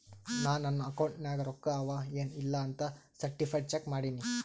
ನಾ ನನ್ ಅಕೌಂಟ್ ನಾಗ್ ರೊಕ್ಕಾ ಅವಾ ಎನ್ ಇಲ್ಲ ಅಂತ ಸರ್ಟಿಫೈಡ್ ಚೆಕ್ ಮಾಡಿನಿ